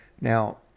Now